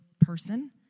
person